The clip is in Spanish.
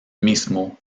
mismo